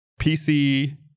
PC